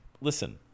Listen